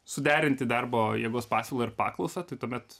suderinti darbo jėgos pasiūlą ir paklausą tai tuomet